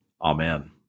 Amen